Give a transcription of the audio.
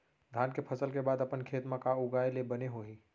धान के फसल के बाद अपन खेत मा का उगाए ले बने होही?